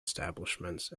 establishments